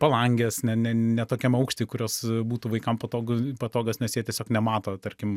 palangės ne ne ne ne tokiam aukšty kurios būtų vaikam patogu patogios nes jie tiesiog nemato tarkim